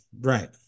Right